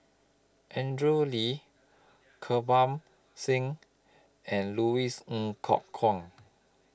Andrew Lee Kirpal Singh and Louis Ng Kok Kwang